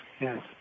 yes